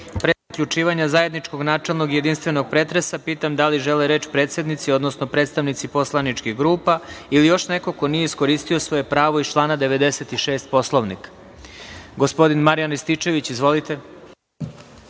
zaključivanja zajedničkog načelnog i jedinstvenog pretresa, pitam da li žele reč predsednici, odnosno predstavnici poslaničkih grupa ili još neko ko nije iskoristio svoje pravo iz člana 96. Poslovnika? Reč ima narodni poslanik gospodin Marijan Rističević. Izvolite.